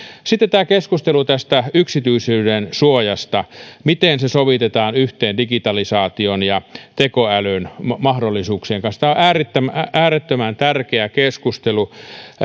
sitten tämä keskustelu tästä yksityisyydensuojasta siitä miten se sovitetaan yhteen digitalisaation ja tekoälyn mahdollisuuksien kanssa tämä on äärettömän äärettömän tärkeä keskustelu